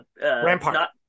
Rampart